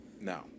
No